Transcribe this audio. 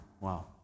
Wow